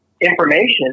information